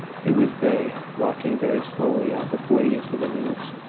it was they, walking very slowly, as if waiting for the news.